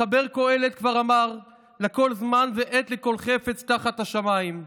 מחבר קהלת כבר אמר: "לכל זמן ועת לכל חפץ תחת השמים,